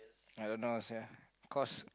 I don't know sia cause